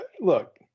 look